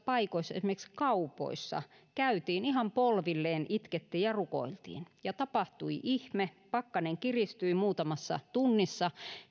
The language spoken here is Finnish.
paikoissa esimerkiksi kaupoissa käytiin ihan polvilleen itkettiin ja rukoiltiin ja tapahtui ihme pakkanen kiristyi muutamassa tunnissa